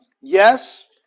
Yes